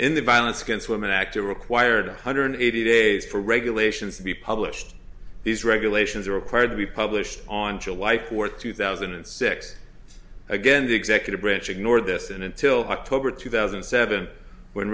in the violence against women act a required hundred eighty days for regulations to be published these regulations are required to be published on july fourth two thousand and six again the executive branch ignored this in until october two thousand and seven when